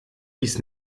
dies